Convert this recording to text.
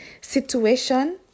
situation